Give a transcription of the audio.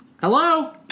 Hello